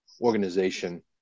organization